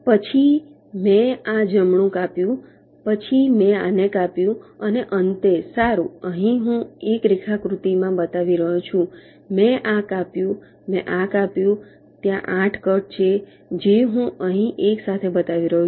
પછી મેં આ જમણું કાપ્યું પછી મેં આને કાપ્યું અને અંતે સારું અહીં હું 1 રેખાકૃતિમાં બતાવી રહ્યો છું મેં આ કાપ્યું મેં આ કાપ્યું ત્યાં 8 કટ છે જે હું અહીં એકસાથે બતાવી રહ્યો છું